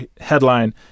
headline